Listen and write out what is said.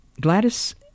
Gladys